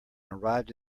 arrived